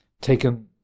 taken